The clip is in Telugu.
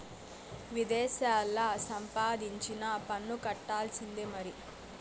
విదేశాల్లా సంపాదించినా పన్ను కట్టాల్సిందే మరి